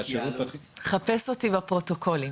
חפש אותי בפרוטוקולים.